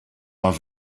are